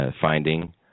finding